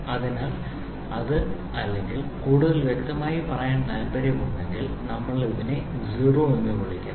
അതിനാൽ ഇത് അല്ലെങ്കിൽ കൂടുതൽ വ്യക്തമായി പറയാൻ താൽപ്പര്യമുണ്ടെങ്കിൽ നമ്മൾ ഇതിനെ 0 എന്ന് വിളിക്കുന്നു